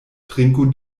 trinku